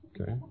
Okay